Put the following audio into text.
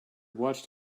watched